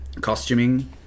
costuming